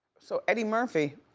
so eddie murphy.